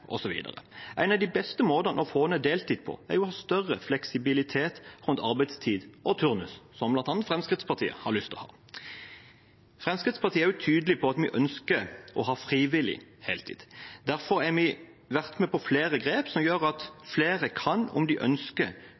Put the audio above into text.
En av de beste måtene å få ned deltid på, er større fleksibilitet rundt arbeidstid og turnus, som bl.a. Fremskrittspartiet har lyst til å ha. Fremskrittspartiet er også tydelig på at vi ønsker å ha frivillig heltid. Derfor har vi vært med på flere grep som gjør at flere kan jobbe heltid om de ønsker